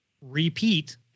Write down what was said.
repeat